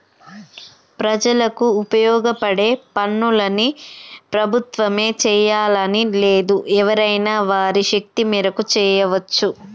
ప్రజలకు ఉపయోగపడే పనులన్నీ ప్రభుత్వమే చేయాలని లేదు ఎవరైనా వారి శక్తి మేరకు చేయవచ్చు